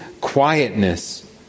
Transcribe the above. quietness